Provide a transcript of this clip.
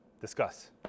Discuss